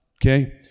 Okay